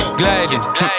gliding